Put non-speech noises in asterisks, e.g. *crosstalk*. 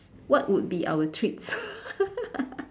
what would be our treats *laughs*